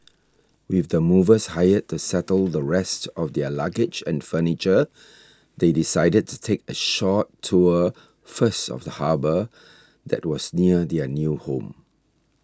with the movers hired to settle the rest of their luggage and furniture they decided to take a short tour first of the harbour that was near their new home